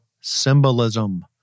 symbolism